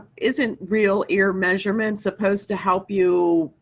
isn't real ear measurements supposed to help you